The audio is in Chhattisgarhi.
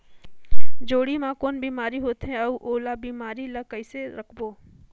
जोणी मा कौन बीमारी होथे अउ ओला बीमारी ला कइसे रोकबो?